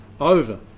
over